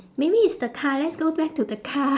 maybe it's the car let's go back to the car